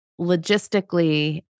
logistically